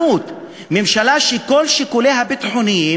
הממצאים החשובים,